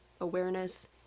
awareness